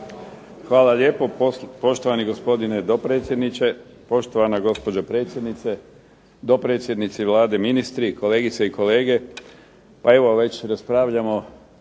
Hvala lijepo. Poštovani gospodine dopredsjedniče, poštovana gospođo predsjednice, dopredsjednici Vlade, ministri, kolegice i kolege. Pa evo već raspravljamo